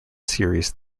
series